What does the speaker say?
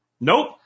Nope